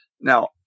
Now